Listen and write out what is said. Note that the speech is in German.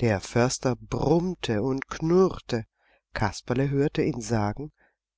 der förster brummte und knurrte kasperle hörte ihn sagen